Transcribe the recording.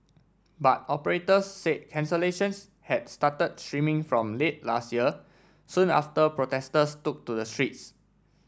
but operators said cancellations had started streaming from late last year soon after protesters took to the streets